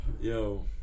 Yo